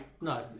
no